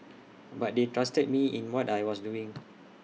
but they trusted me in what I was doing